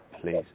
please